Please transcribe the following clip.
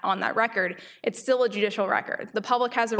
on that record it's still a judicial record the public has